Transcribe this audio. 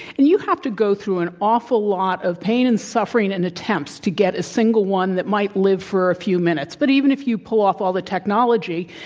and you have to go through an awful lot of pain and suffering, and attempts to get a single one that might live for a few minutes. but even if you pull off all the technology,